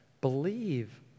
believe